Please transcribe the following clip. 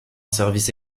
service